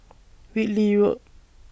Whitley Road